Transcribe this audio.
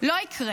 לא יקרה".